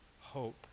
hope